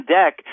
deck